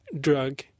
drug